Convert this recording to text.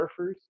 surfers